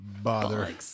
bother